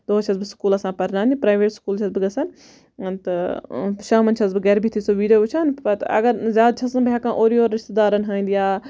دۄہَس چھَس بہٕ سُکول آسان پَرناونہِ پرایویٹ سُکول چھَس بہٕ گَژھان تہٕ شامَن چھَس بہٕ گَرِ بِہتھی سُہ ویٖڈیو وٕچھان پَتہٕ اگر زیاد چھَس نہٕ بہٕ ہیٚکان اورٕ یورٕ رِشتہٕ دارَن ہٕنٛدۍ یا